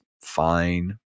fine